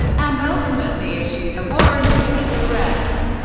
and ultimately issued a warrant for his arrest.